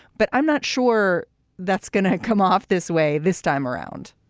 but i'm not sure that's going to come off this way this time around